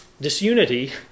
Disunity